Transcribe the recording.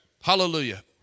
Hallelujah